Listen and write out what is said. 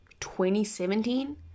2017